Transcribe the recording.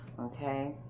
Okay